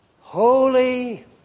Holy